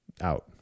out